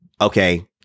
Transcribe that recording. okay